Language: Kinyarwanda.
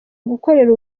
gukorera